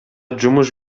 жумуш